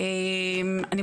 אני מתנצלת.